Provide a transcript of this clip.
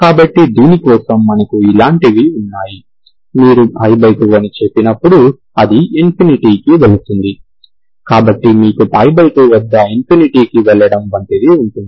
కాబట్టి దీని కోసం మనకు ఇలాంటివి ఉన్నాయి మీరు π2 అని చెప్పినప్పుడు అది ఇన్ఫినిటీ కి వెళుతుంది కాబట్టి మీకు π2 వద్ద ఇన్ఫినిటీ కి వెళ్లడం వంటిది ఉంటుంది